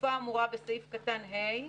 "בתקופה האמורה בסעיף קטן (ה),